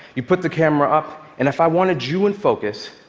you'd put the camera up, and if i wanted you in focus,